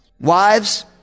Wives